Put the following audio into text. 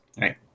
right